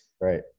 right